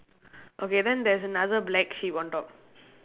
okay then there's another black sheep on top